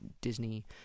Disney